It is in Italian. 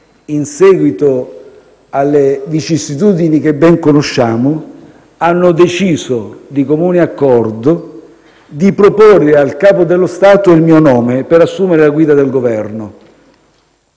in seguito alle vicissitudini che ben conosciamo, hanno deciso di comune accordo di proporre al Capo dello Stato il mio nome per assumere la guida del Governo.